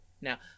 Now